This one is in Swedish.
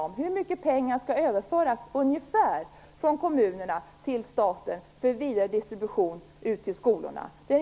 Ungefär hur mycket pengar skall överföras från kommunerna till staten för vidare distribution ut till skolorna?